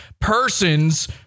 persons